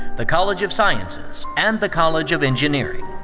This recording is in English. the college of sciences, and the college of engineering.